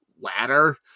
ladder